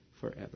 forever